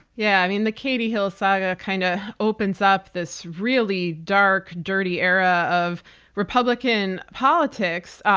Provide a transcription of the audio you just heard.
yeah. i mean the katie hill saga kind of opens up this really dark, dirty era of republican politics.